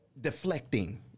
deflecting